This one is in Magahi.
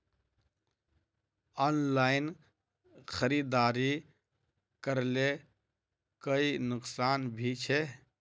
ऑनलाइन खरीदारी करले कोई नुकसान भी छे?